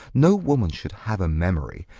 no woman should have a memory.